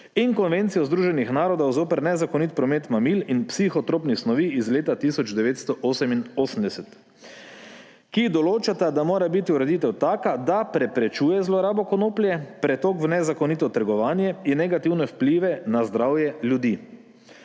in Konvencijo Združenih narodov zoper nezakonit promet mamil in psihotropnih snovi iz leta 1988, ki določata, da mora biti ureditev taka, da preprečuje zlorabo konoplje, pretok v nezakonito trgovanje in negativne vplive na zdravje ljudi.